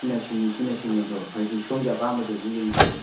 ꯁꯤꯅ ꯁꯤꯅꯤ ꯁꯤꯅ ꯁꯤꯅꯤ ꯍꯥꯏꯗꯣ ꯍꯥꯏꯗꯤ ꯁꯣꯝꯒꯤ ꯑꯄꯥꯝꯕꯗꯨꯁꯨ ꯌꯦꯡꯕꯤꯌꯨ